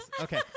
Okay